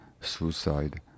suicide